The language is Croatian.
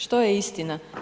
Što je istina?